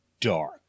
dark